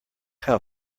how